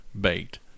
Baked